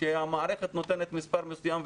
כשהמערכת נותנת מספר מסוים,